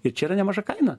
ir čia yra nemaža kaina